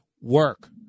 work